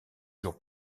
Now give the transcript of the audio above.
jours